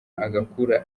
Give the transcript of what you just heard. agakura